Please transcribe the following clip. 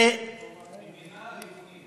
זה ריבונית.